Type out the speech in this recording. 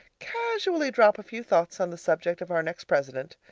casually drop a few thoughts on the subject of our next president.